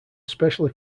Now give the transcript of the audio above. specially